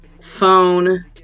phone